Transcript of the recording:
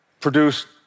produced